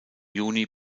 juni